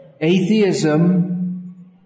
atheism